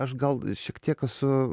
aš gal šiek tiek esu